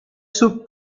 sub